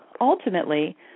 ultimately